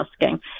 asking